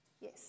yes